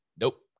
Nope